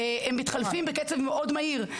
הם מתחלפים בקצב מאוד מהיר,